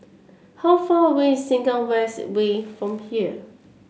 how far away is Sengkang West Way from here